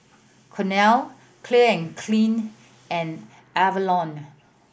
Cornell Clean and Clear and Avalon